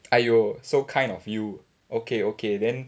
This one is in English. !aiyo! so kind of you okay okay then